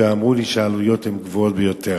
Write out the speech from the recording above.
כי אמרו לי שהעלויות הן גבוהות ביותר.